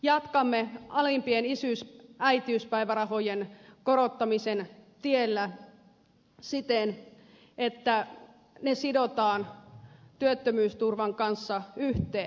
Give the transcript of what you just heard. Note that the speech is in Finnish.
jatkamme alimpien isyys äitiyspäivärahojen korottamisen tiellä siten että ne sidotaan työttömyysturvan kanssa yhteen